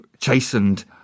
chastened